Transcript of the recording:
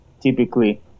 typically